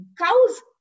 Cows